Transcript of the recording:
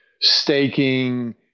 staking